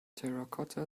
terracotta